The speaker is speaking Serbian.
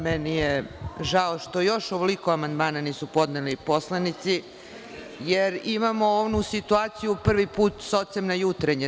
Meni je žao što još ovoliko amandmana nisu podneli poslanici, jer imamo onu situaciju – Prvi put s ocem na jutrenje.